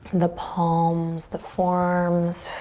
the palms, the forearms.